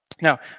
Now